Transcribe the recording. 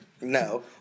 No